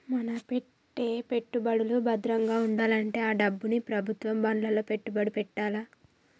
మన పెట్టే పెట్టుబడులు భద్రంగా వుండాలంటే ఆ డబ్బుని ప్రభుత్వం బాండ్లలో పెట్టుబడి పెట్టాలే